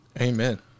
Amen